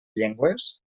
llengües